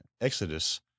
Exodus